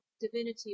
divinity